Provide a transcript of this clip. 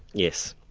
yes.